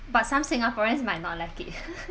but some singaporeans might not like it